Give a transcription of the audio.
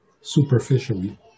superficially